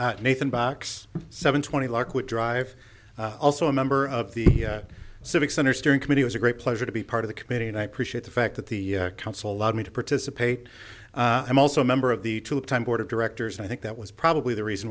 say nathan box seven twenty lockwood drive also a member of the civic center steering committee was a great pleasure to be part of the committee and i appreciate the fact that the council allowed me to participate i'm also a member of the two time board of directors and i think that was probably the reason